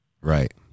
right